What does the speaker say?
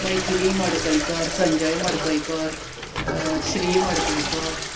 Maithili Madkaikar Sanjay Madkaikar Shri Madkaikar